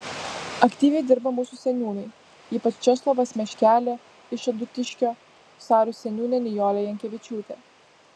aktyviai dirba mūsų seniūnai ypač česlovas meškelė iš adutiškio sarių seniūnė nijolė jankevičiūtė